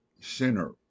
sinner